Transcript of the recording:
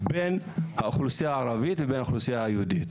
בין האוכלוסייה הערבית ובין האוכלוסייה היהודית.